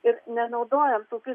ir nenaudojam tokius